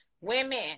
women